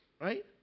right